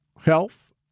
health